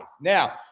Now